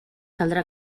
caldrà